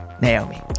Naomi